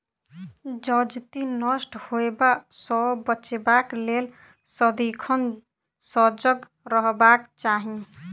जजति नष्ट होयबा सँ बचेबाक लेल सदिखन सजग रहबाक चाही